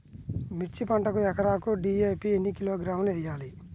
మిర్చి పంటకు ఎకరాకు డీ.ఏ.పీ ఎన్ని కిలోగ్రాములు వేయాలి?